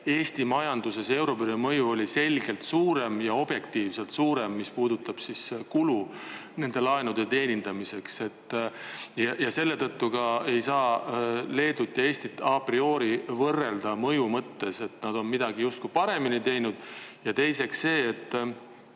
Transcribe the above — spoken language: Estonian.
Eesti majanduses euribori mõju oli selgelt suurem ja objektiivselt suurem, mis puudutab kulu nende laenude teenindamiseks. Selle tõttu ka ei saa Leedut ja Eestita priorivõrrelda mõju mõttes, et nad on midagi justkui paremini teinud. Ja teiseks see, et